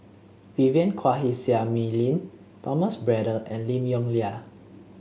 Vivien Quahe Seah Mei Lin Thomas Braddell and Lim Yong Liang